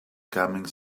comings